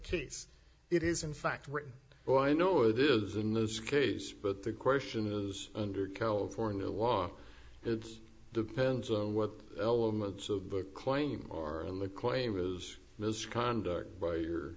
case it is in fact written well i know it is in this case but the question is under california law it's depends on what elements of the claim are liquid he was misconduct by your